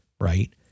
right